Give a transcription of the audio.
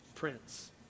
Prince